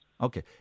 Okay